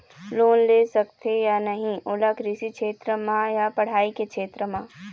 Loan ले सकथे या नहीं ओला कृषि क्षेत्र मा या पढ़ई के क्षेत्र मा?